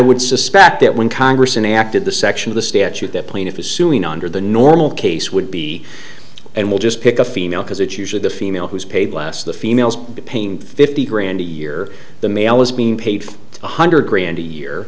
would suspect that when congress and acted the section of the statute that plaintiff is suing under the normal case would be and will just pick a female because it's usually the female who is paid last the females be paying fifty grand a year the male is being paid one hundred grand a year